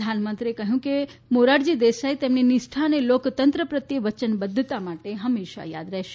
પ્રધાનમંત્રીએ કહ્યું કે મોરારજી દેસાઇ તેમની નિષ્ઠા અને લોકતંત્ર પ્રત્યે વયનબધ્ધતા માટે હંમેશા થાદ રહેશે